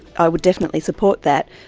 i would definitely support that.